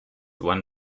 one